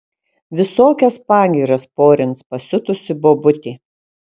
visokias pagyras porins pasiutusi bobutė